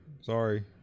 sorry